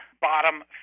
bottom